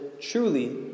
Truly